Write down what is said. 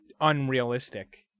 unrealistic